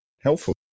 helpful